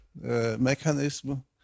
mechanism